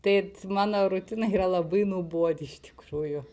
tai mano rutina yra labai nuobodi iš tikrųjų